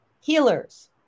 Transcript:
healers